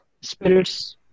spirits